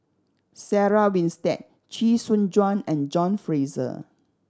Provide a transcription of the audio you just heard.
Sarah Winstedt Chee Soon Juan and John Fraser